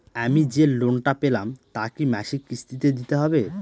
আমি যে লোন টা পেলাম তা কি মাসিক কিস্তি তে দিতে হবে?